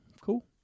Cool